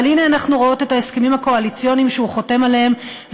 אבל הנה אנחנו רואות את ההסכמים הקואליציוניים שהוא חותם עליהם,